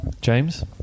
James